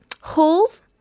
holes